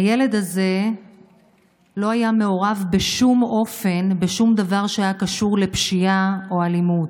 הילד הזה לא היה מעורב בשום אופן בשום דבר שהיה קשור לפשיעה או אלימות.